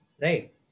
right